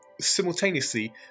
simultaneously